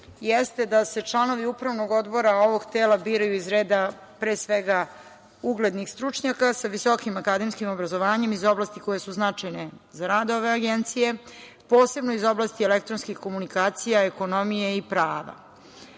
jeste da se članovi Upravnog odbora ovog tela biraju iz reda, pre svega, uglednih stručnjaka, sa visokim akademskim obrazovanjem iz oblasti koje su značajne za rad ove Agencije, posebno iz oblasti elektronskih komunikacija, ekonomije i prava.